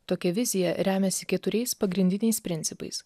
tokia vizija remiasi keturiais pagrindiniais principais